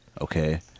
okay